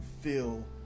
feel